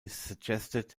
suggested